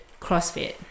crossfit